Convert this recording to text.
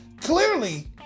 clearly